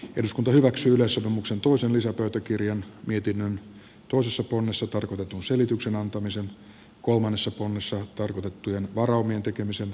eduskunta hyväksyy myös ammuksen tuusen lisäpöytäkirjan mietinnön tuossa kunnossa tarkoitetun selityksen antamiseen kolmessa tunnissa on karkotettujen varaumien tekemiselle